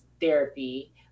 therapy